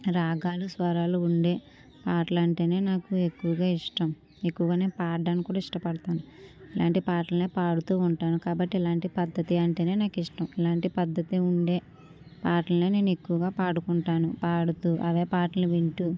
రాగాలు స్వరాలు ఉండే పాటలంటేనే నాకు ఎక్కువగా ఇష్టం ఎక్కువగానే పడడానికి కూడా ఇష్టపడతాను ఇలాంటి పాటల్నే పాడుతూ ఉంటాను కాబట్టి ఇలాంటి పద్ధతి అంటేనే నాకు ఇష్టం ఇలాంటి పద్ధతి ఉండే పాటలే నేను ఎక్కువగా పాడుకుంటాను పాడుతూ అవే పాటల్ని వింటూ